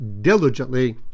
diligently